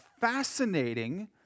fascinating